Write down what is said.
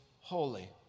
holy